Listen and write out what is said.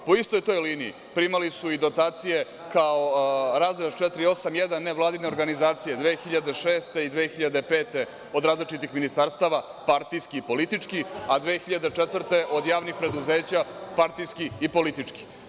Po istoj toj liniji primali su i dotacije kao razdeo 481 – nevladine organizacije 2006. i 2005. od različitih ministarstava, partijski i politički, a 2004. od javnih preduzeća, partijski i politički.